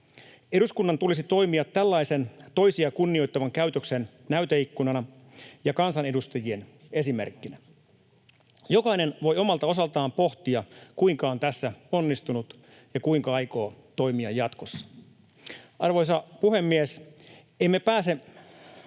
Eduskunnan tulisi toimia tällaisen toisia kunnioittavan käytöksen näyteikkunana ja kansanedustajien esimerkkinä. Jokainen voi omalta osaltaan pohtia, kuinka on tässä onnistunut ja kuinka aikoo toimia jatkossa. Arvoisa puhemies! Emme pääse